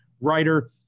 writer